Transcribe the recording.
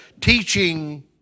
teaching